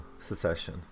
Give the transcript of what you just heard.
secession